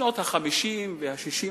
בשנות ה-50 וה-60 המוקדמות,